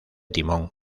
timón